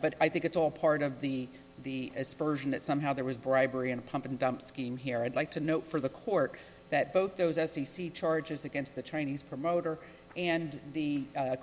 but i think it's all part of the the aspersion that somehow there was bribery and a pump and dump scheme here i'd like to know for the court that both those s t c charges against the chinese promoter and the